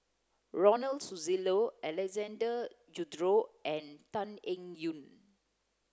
Ronald Susilo Alexander Guthrie and Tan Eng Yoon